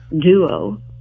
duo